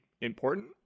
important